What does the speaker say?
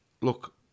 Look